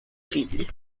figli